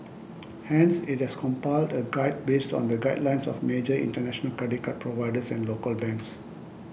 hence it has compiled a guide based on the guidelines of major international credit card providers and local banks